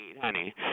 honey